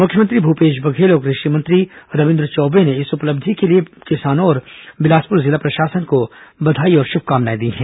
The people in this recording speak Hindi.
मुख्यमंत्री भूपेश बघेल और कृषि मंत्री रविन्द्र चौबे ने इस उपलब्धि के लिए किसानों और बिलासपुर जिला प्रशासन को बघाई और शभकामनाए दी हैं